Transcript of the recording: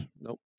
Nope